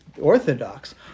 Orthodox